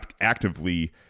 actively